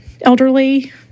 elderly